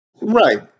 Right